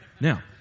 Now